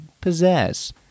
possess